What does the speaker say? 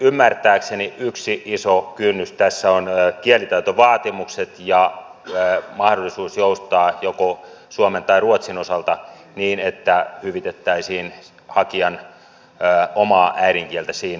ymmärtääkseni yksi iso kynnys tässä on kielitaitovaatimukset ja mahdollisuus joustaa joko suomen tai ruotsin osalta niin että hyvitettäisiin hakijan omaa äidinkieltä siinä